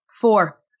Four